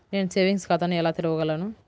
నేను సేవింగ్స్ ఖాతాను ఎలా తెరవగలను?